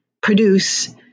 produce